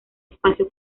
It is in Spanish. espacio